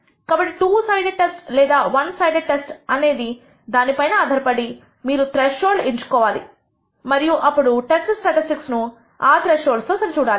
కాబట్టి two sided test లేదా one sided test అనే దానిపై ఆధారపడి మీరు త్రెష్హోల్డ్స్ ఎంచుకోవాలి మరియు అప్పుడు టెస్ట్ స్టాటిస్టిక్స్ ను ఆ త్రెష్హోల్డ్స్ తో సరి చూడాలి